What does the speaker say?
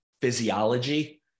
physiology